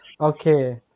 Okay